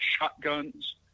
shotguns